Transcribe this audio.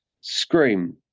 Scream